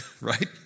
right